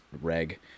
reg